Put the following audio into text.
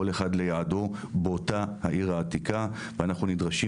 כל אחד ליעדו באותה העיר העתיקה ואנחנו נדרשים